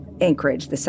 Anchorage